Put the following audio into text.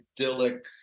idyllic